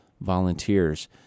Volunteers